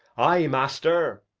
ay, master.